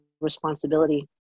responsibility